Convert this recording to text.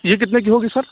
یہ کتنے کی ہوگی سر